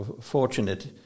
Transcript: fortunate